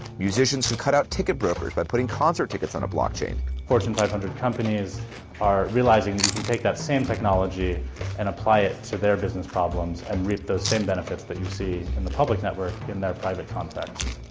musicians could cut out ticket brokers by putting concert tickets on a blockchain. fortune five hundred companies are realizing that you can take that same technology and apply it to their business problems and reap those same benefits that you see in the public network in their private contexts.